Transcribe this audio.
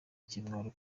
ikimwaro